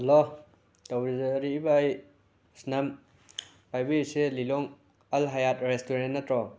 hello ꯇꯧꯖꯔꯛꯏꯕ ꯑꯩ ꯁ꯭ꯅꯝ ꯄꯥꯏꯕꯤꯔꯤꯁꯦ ꯂꯤꯂꯣꯡ ꯑꯜ ꯍꯥꯌꯥꯠ ꯔꯦꯁꯇꯨꯔꯦꯟ ꯅꯇ꯭ꯔꯣ